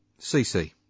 CC